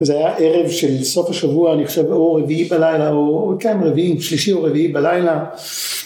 וזה היה ערב של סוף השבוע אני חושב או רביעי בלילה או כן רביעי שלישי או רביעי בלילה